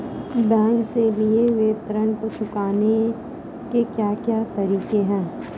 Bank से लिए हुए ऋण को चुकाने के क्या क्या तरीके हैं?